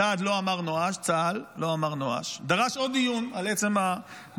צה"ל לא אמר נואש, ודרש עוד דיון על עצם הבדיקה.